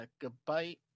Goodbye